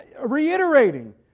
reiterating